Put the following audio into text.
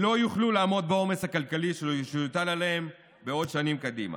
שלא יוכלו לעמוד בעומס הכלכלי שיוטל עליהם בעוד שנים קדימה.